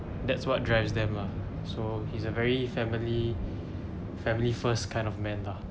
that's what drives them lah so he's a very family family first kind of man lah